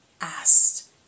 asked